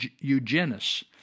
eugenists